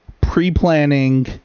pre-planning